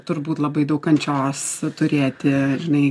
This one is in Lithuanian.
turbūt labai daug kančios turėti žinai